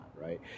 right